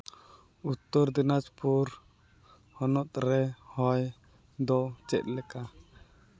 ᱩᱛᱛᱚᱨ ᱫᱤᱱᱟᱡᱽᱯᱩᱨ ᱦᱚᱱᱚᱛ ᱨᱮ ᱦᱚᱭ ᱫᱚ ᱪᱮᱫ ᱞᱮᱠᱟ